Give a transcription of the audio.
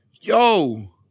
yo